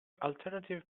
alternative